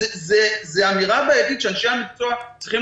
זו אמירה בעייתית שאנשי המקצוע צריכים